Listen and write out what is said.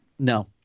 No